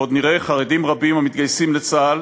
ועוד נראה חרדים רבים המתגייסים לצה"ל